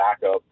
backup